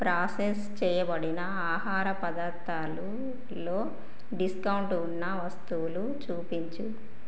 process చేయబడిన ఆహార పదార్ధాలలో డిస్కౌంట్ ఉన్న వస్తువులు చూపించుము